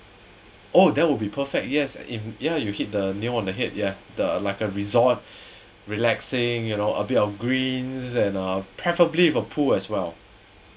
oh that would be perfect yes ya you hit the nail on the head yeah the uh like a resort relax staying you know a bit of greens and uh preferably with a pool as well